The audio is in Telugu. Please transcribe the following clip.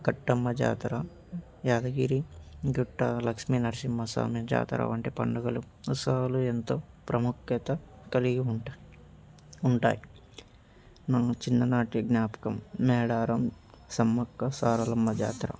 కట్టమ్మ జాతర యాదగిరి గుట్ట లక్ష్మీ నరసింహస్వామి జాతర వంటి పండుగలు ఉత్సవాలు ఎంతో ప్రాముఖ్యత కలిగి ఉంటా ఉంటాయి నన్ను చిన్ననాటి జ్ఞాపకం మేడారం సమ్మక్క సారలమ్మ జాతర